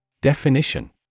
Definition